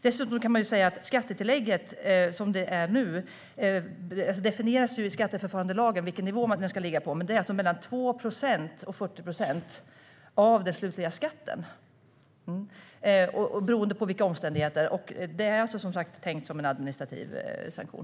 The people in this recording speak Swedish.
Dessutom kan man säga följande: Som skattetillägget ser ut nu definieras i skatteförfarandelagen vilken nivå det ska ligga på. Det är alltså mellan 2 och 40 procent av den slutliga skatten, beroende på omständigheterna. Det är som sagt som en administrativ sanktion.